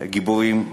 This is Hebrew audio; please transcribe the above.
גיבורים,